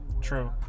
True